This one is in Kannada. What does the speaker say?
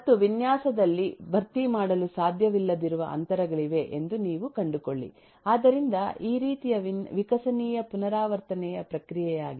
ಮತ್ತು ವಿನ್ಯಾಸದಲ್ಲಿ ಭರ್ತಿ ಮಾಡಲು ಸಾಧ್ಯವಿಲ್ಲದಿರುವ ಅಂತರಗಳಿವೆ ಎಂದು ನೀವು ಕಂಡುಕೊಳ್ಳಿ ಆದ್ದರಿಂದ ಈ ರೀತಿಯ ವಿಕಸನೀಯ ಪುನರಾವರ್ತನೆಯ ಪ್ರಕ್ರಿಯೆಯಾಗಿದೆ